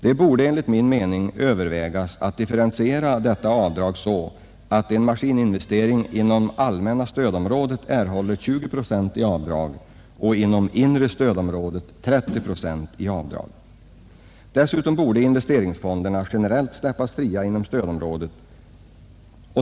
Det borde enligt min mening övervägas att differentiera detta avdrag så att en maskininvestering inom allmänna stödområdet erhåller 20 procent i avdrag och inom inre stödområdet 30 procent i avdrag. Dessutom borde investeringsfonderna generellt släppas fria inom stödområdet.